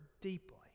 deeply